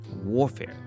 warfare